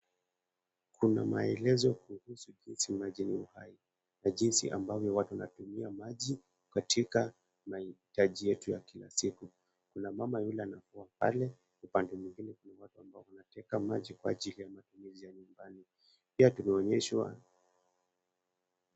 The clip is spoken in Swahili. Kuna maelezo kuhusu kisima chenye uhai, na jinsi ambayo tunatumia maji katika mahitaji yetu ya kila siku. Kuna mama yule amekaa pale upande mwingine pale ambapo anateka maji kwa ajili ya matumizi ya nyumbani. Pia tunaonyeshwaa...,